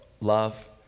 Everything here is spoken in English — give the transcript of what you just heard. love